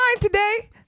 today